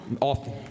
Often